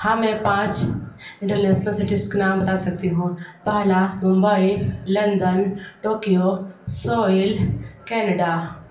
हमें पाँच international cities के नाम बता सकती हूँ पहला Mumbai London Tokyo Seoul Canada